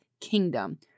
kingdom